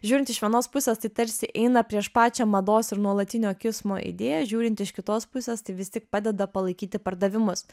žiūrint iš vienos pusės tai tarsi eina prieš pačią mados ir nuolatinio kismo idėją žiūrint iš kitos pusės tai vis tik padeda palaikyti pardavimus